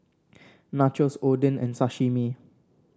Nachos Oden and Sashimi